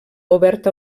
oberta